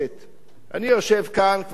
אני יושב כאן כבר כמה שנים.